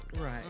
right